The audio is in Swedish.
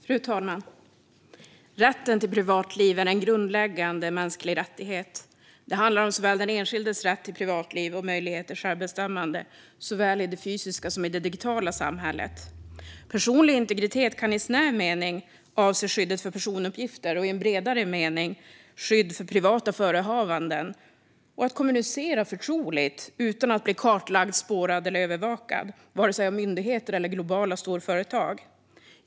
Fru talman! Rätten till privatliv är en grundläggande mänsklig rättighet. Den handlar om den enskildes rätt till privatliv och möjlighet till självbestämmande såväl i det fysiska som i det digitala samhället. Personlig integritet kan i snäv mening avse skyddet för personuppgifter och i en bredare mening skydd för privata förehavanden och att kunna kommunicera förtroligt utan att bli kartlagd, spårad eller övervakad vare sig av myndigheter eller av globala storföretag.